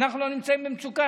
אנחנו לא נמצאים במצוקה,